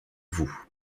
vous